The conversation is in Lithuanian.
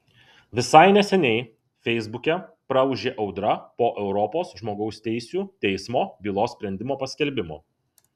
visai neseniai feisbuke praūžė audra po europos žmogaus teisių teismo bylos sprendimo paskelbimo